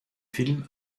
film